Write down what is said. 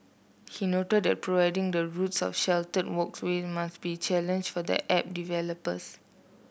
he noted that providing the routes of sheltered walkways must be a challenge for the app developers